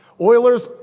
Oilers